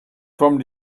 from